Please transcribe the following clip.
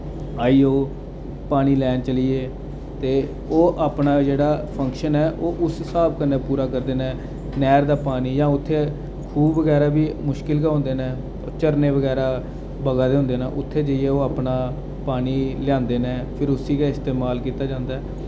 आई जाओ पानी लैन चलिचै ते ओह् अपना जेह्ड़ा फंक्शन ऐ ओह् उस स्हाब कन्नै पूरा करदे न नैह्र दा पानी जां उत्थै खूह् बगैरा बी मुश्किल गै होंदे ने झरने वगैरा बगाऽ दे होंदे ने उत्थै जाइयै ओह् अपना पानी लेहांदे न फ्ही उस्सी गै इस्तेमाल कीता जंदा ऐ